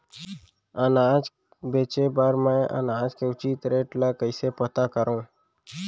अनाज बेचे बर मैं अनाज के उचित रेट ल कइसे पता करो?